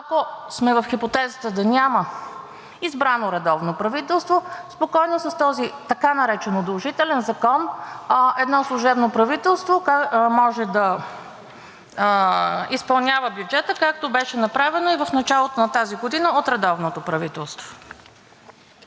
Ако сме в хипотезата да няма избрано редовно правителство, спокойно с този така наречен удължителен закон едно служебно правителство може да изпълнява бюджета, както беше направено и в началото на тази година от редовното правителство.